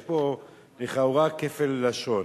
יש פה לכאורה כפל לשון.